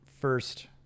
first